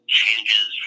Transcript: changes